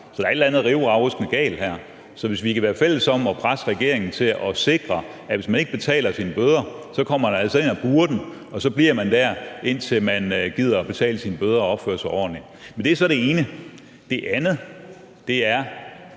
Så der er et eller andet rivravruskende galt her. Så hvis vi kan være fælles om at presse regeringen til at sikre, at hvis man ikke betaler sine bøder, så kommer man altså ind at bure den, og så bliver man der, indtil man gider betale sine bøder og opføre sig ordentligt. Det er det ene. Det andet er: